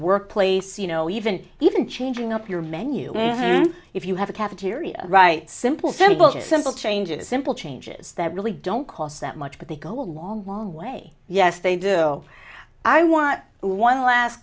workplace you know even even changing up your menu if you have a cafeteria right simple simple just simple changes simple changes that really don't cost that much but they go a long long way yes they do i want to one last